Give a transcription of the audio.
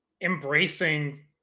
embracing